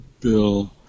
bill